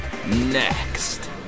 NEXT